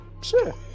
Sure